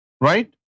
right